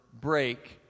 break